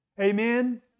amen